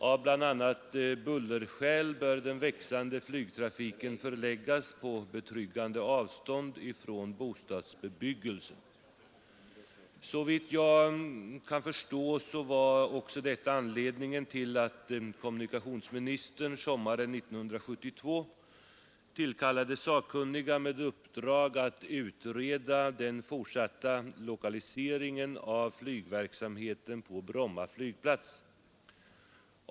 Av bl.a. bullerskäl bör den växande flygtrafiken förläggas på betryggande avstånd från bostadsbebyggelse. Såvitt jag förstår var också detta anledningen till att kommunikationsministern sommaren 1972 tillkallade sakkunniga med uppdrag att utreda den fortsatta lokaliseringen av flygverksamheten på Bromma flygplats.